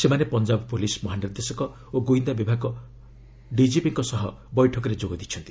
ସେମାନେ ପଞ୍ଜାବ ପୁଲିସ୍ ମହାନିର୍ଦ୍ଦେଶକ ଓ ଗୁଇନ୍ଦା ବିଭାଗ ଡିଜିପିଙ୍କ ସହ ବୈଠକରେ ଯୋଗ ଦେଇଛନ୍ତି